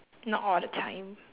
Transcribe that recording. not all the time